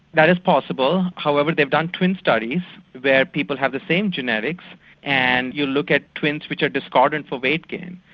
that is possible. however, they've done twin studies where people have the same genetics and you look at twins which are discordant for weight gain,